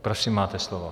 Prosím, máte slovo.